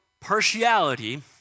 partiality